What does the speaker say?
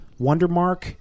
Wondermark